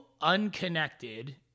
unconnected